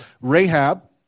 Rahab